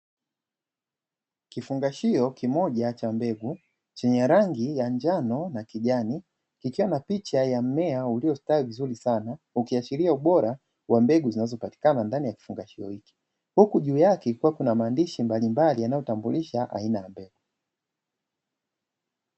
Kifungashio kimoja cha mbegu chenye rangi ya njano na kijani kikiwa na picha ya mmea uliostawi vizuri sana ukiashiria ubora wa mbegu zinazopatikana ndani ya kifungashio hiki, huku juu yake kukiwa kuna maandishi mbalimbali yanayotambulisha aina ya mbegu.